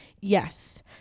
Yes